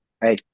hey